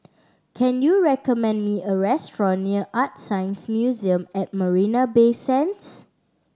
can you recommend me a restaurant near ArtScience Museum at Marina Bay Sands